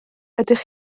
ydych